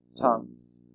tongues